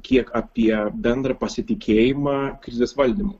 kiek apie bendrą pasitikėjimą krizės valdymu